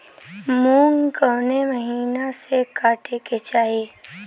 मूंग कवने मसीन से कांटेके चाही?